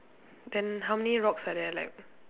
then how many rocks are there like